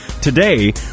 today